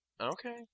Okay